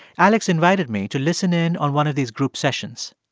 alex invited me to listen in on one of these group sessions.